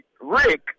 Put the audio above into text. Rick